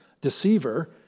deceiver